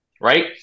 Right